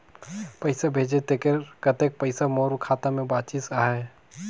पइसा भेजे तेकर कतेक पइसा मोर खाता मे बाचिस आहाय?